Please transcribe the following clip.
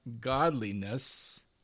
godliness